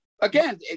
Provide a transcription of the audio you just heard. Again